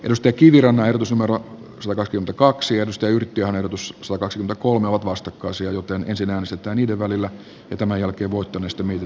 alus teki virran vaikutus numero suodatinta kaksi ja musta lasse hautalan ehdotus sai kaksi kolme ovat vastakkaisia joten en sinänsä tai niiden välillä ja tämän jälkeen muuttamista niin